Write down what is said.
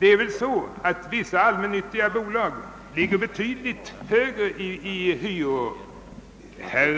är väl det, att hyrorna i vissa allmännyttiga bolag ligger betydligt högre än hyrorna i vissa andra fastigheter.